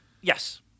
Yes